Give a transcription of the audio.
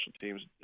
teams